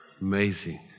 Amazing